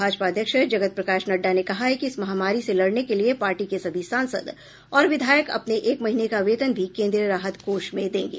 भाजपा अध्यक्ष जगत प्रकाशनड्डा ने कहा है कि इस महामारी से लडने के लिए पार्टी के सभी सांसद और विधायक अपनेएक महीने का वेतन भी केंद्रीय राहत कोष में देंगे